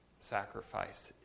sacrifice